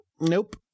Nope